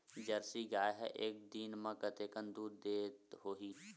Jersey गाय ह एक दिन म कतेकन दूध देत होही?